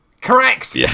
Correct